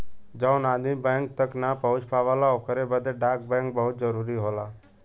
जौन आदमी बैंक तक ना पहुंच पावला ओकरे बदे डाक बैंक बहुत जरूरी होला